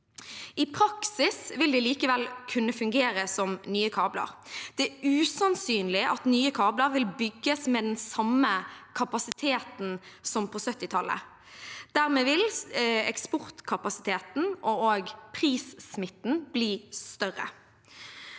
I praksis vil det likevel kunne fungere som nye kabler. Det er usannsynlig at nye kabler vil bygges med den samme kapasiteten som på 1970-tallet. Dermed vil eksportkapasiteten og prissmitten bli større.